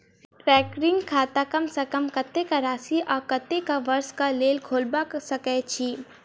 recurring खाता कम सँ कम कत्तेक राशि सऽ आ कत्तेक वर्ष कऽ लेल खोलबा सकय छी